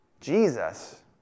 Jesus